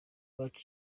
iwacu